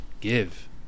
Give